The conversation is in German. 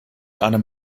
einem